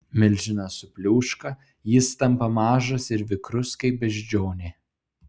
milžinas supliūška jis tampa mažas ir vikrus kaip beždžionė